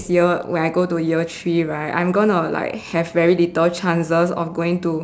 year when I go to year three right I'm gonna have like very little chances of going to